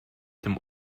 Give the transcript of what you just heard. dem